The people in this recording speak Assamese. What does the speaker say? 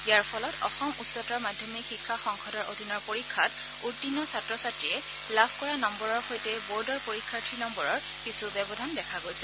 ইয়াৰ ফলত অসম উচ্চতৰ মাধ্যমিক শিক্ষা সংসদৰ অধীনৰ পৰীক্ষাত উত্তীৰ্ণ ছাত্ৰ ছাত্ৰীয়ে লাভ কৰা নম্বৰৰ সৈতে বৰ্ডৰ পৰীক্ষাৰ্থীৰ নম্বৰৰ কিছু ব্যৱধান দেখা গৈছে